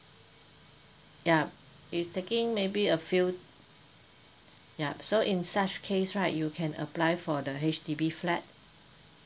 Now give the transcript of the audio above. yup is taking maybe a few yup so in such case right you can apply for the H_D_B flat